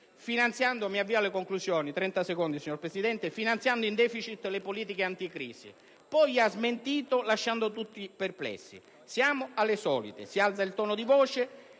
finanziando in deficit le politiche anticrisi, poi ha smentito lasciando tutti perplessi. Siamo alle solite: si alza il tono di voce,